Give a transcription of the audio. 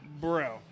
Bro